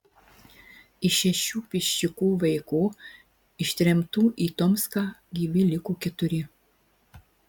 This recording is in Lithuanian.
iš šešių piščikų vaikų ištremtų į tomską gyvi liko keturi